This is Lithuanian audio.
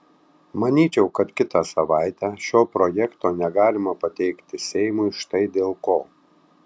manyčiau kad kitą savaitę šio projekto negalima pateikti seimui štai dėl ko